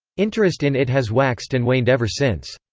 interest in it has waxed and waned ever since.